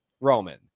Roman